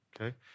okay